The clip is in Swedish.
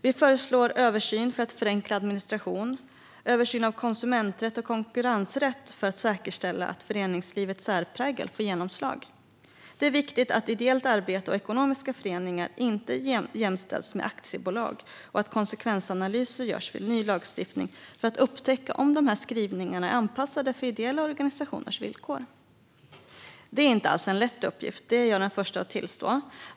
Vi föreslår översyn för att förenkla administration samt översyn av konsumenträtt och konkurrensrätt för att säkerställa att föreningslivets särprägel får genomslag. Det är viktigt att ideellt arbete och ekonomiska föreningar inte jämställs med aktiebolag och att konsekvensanalyser görs vid ny lagstiftning för att upptäcka om skrivningarna är anpassade för ideella organisationers villkor. Det är inte alls en lätt uppgift; det är jag den första att tillstå.